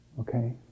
Okay